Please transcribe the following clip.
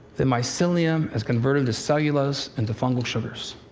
the mycelium has converted the cellulose into fungal sugars.